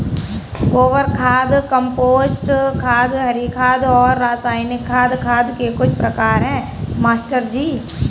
गोबर खाद कंपोस्ट खाद हरी खाद और रासायनिक खाद खाद के कुछ प्रकार है मास्टर जी